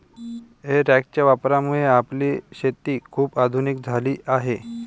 हे रॅकच्या वापरामुळे आपली शेती खूप आधुनिक झाली आहे